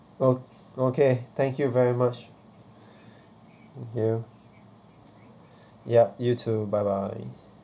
o~ okay thank you very much ya yup you too bye bye